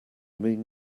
mean